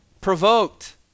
provoked